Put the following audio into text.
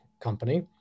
company